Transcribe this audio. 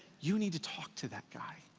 you need to talk to that guy.